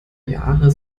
jahre